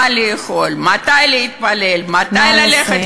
מה לאכול, מתי להתפלל, נא לסיים.